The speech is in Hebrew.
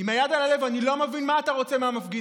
עם יד על הלב אני לא מבין מה אתה רוצה מהמפגינים,